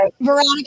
Veronica